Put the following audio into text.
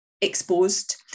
exposed